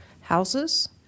houses